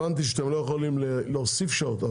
הבנתי שאתם לא יכולים להוסיף שעות,